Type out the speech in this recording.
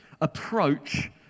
approach